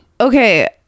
Okay